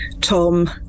Tom